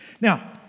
Now